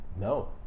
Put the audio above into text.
No